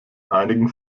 einigen